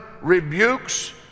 rebukes